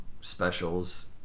Specials